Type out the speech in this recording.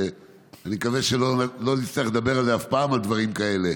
אני מקווה שלא נצטרך לדבר אף פעם על דברים כאלה.